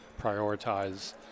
prioritize